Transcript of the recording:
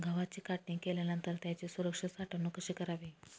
गव्हाची काढणी केल्यानंतर त्याची सुरक्षित साठवणूक कशी करावी?